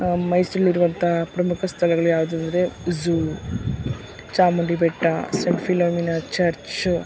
ಮೈಸೂರಲ್ಲಿರುವಂಥ ಪ್ರಮುಖ ಸ್ಥಳಗಳು ಯಾವುದು ಅಂದರೆ zoo Chamundi Betta saint Philomena church